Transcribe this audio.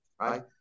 right